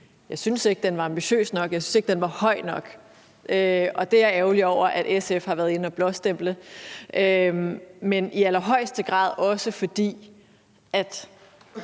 jeg syntes ikke, at den var ambitiøs nok, og jeg syntes ikke, at den var høj nok, og jeg er ærgerlig over, at SF har været inde at blåstemple det. Men det er i allerhøjeste grad også, fordi de